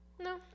No